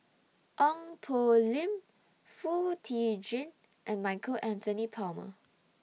Ong Poh Lim Foo Tee Jun and Michael Anthony Palmer